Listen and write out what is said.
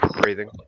breathing